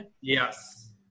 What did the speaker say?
Yes